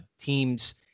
teams